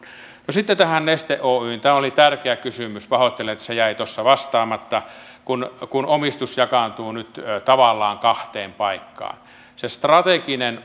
no sitten tähän neste oyjhin tämä oli tärkeä kysymys pahoittelen että se jäi tuossa vastaamatta kun kun omistus jakaantuu nyt tavallaan kahteen paikkaan se strateginen